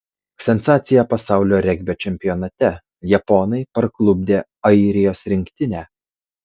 sensacija pasaulio regbio čempionate japonai parklupdė airijos rinktinę